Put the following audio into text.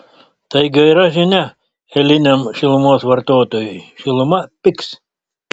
tai gera žinia eiliniam šilumos vartotojui šiluma pigs